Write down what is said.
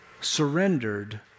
surrendered